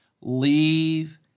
Leave